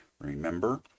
Remember